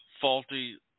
faulty